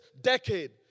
decade